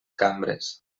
cambres